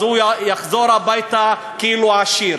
אז הוא יחזור הביתה כאילו הוא עשיר.